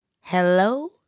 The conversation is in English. hello